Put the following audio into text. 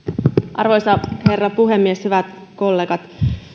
arvoisa herra puhemies hyvät kollegat